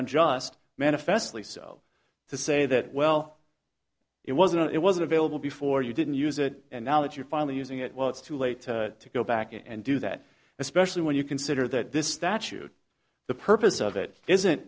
unjust manifestly so to say that well it wasn't it wasn't available before you didn't use it and now that you're finally using it well it's too late to go back and do that especially when you consider that this statute the purpose of it isn't